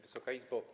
Wysoka Izbo!